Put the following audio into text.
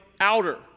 outer